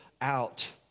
out